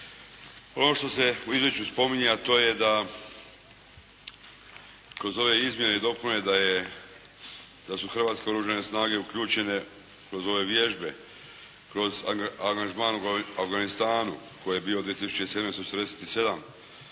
Ono što se u iduću spominje, a to je da kroz ove izmjene i dopune, da su Hrvatske oružane snage uključene kroz ove vježbe, kroz angažman u Afganistanu, koji je bio 2007. 147